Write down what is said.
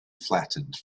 flattened